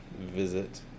visit